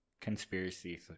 conspiracy